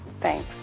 Thanks